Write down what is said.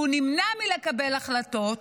שהוא נמנע מלקבל החלטות,